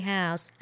House